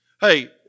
Hey